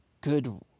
good